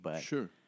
Sure